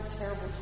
terrible